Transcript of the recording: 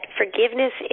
forgiveness